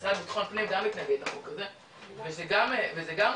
המשרד לביטחון פנים גם התנגד לחוק הזה וזה גם מוזר,